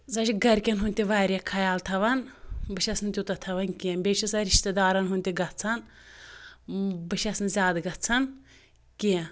سۄ چھِ گرکٮ۪ن ہُنٛد تہِ واریاہ خیال تھاوان بہٕ چھَس نہِ تیوٗتاہ تھوان کینٛہہ بیٚیہِ چھِ سۄ رشتہٕ دارن ہُنٛد تہِ گژھان بہٕ چھس نہِ زیادٕ گژھان کینٛہہ